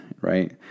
right